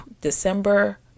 December